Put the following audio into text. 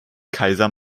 kaiser